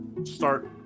start